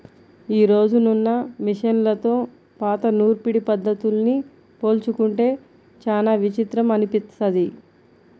యీ రోజునున్న మిషన్లతో పాత నూర్పిడి పద్ధతుల్ని పోల్చుకుంటే చానా విచిత్రం అనిపిస్తది